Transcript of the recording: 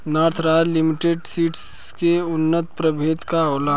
North Royal Limited Seeds के उन्नत प्रभेद का होला?